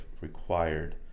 required